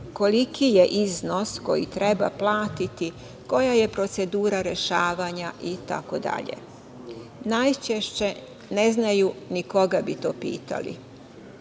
koliki je iznos koji treba platiti, koja je procedura rešavanja itd. Najčešće ne znaju ni koga bi to pitali. Svedoci